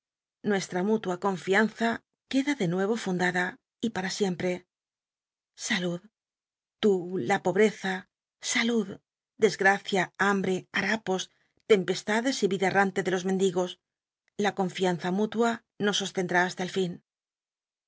nuestra mútua confianza queda de nuco fundada y pa ra sicm we i salud tú la pobreza isalud desgracia ham brc hal'apos tempestades y l'ida el'rante de los mendigos la conlianza múlua nos sostend rá hast el fin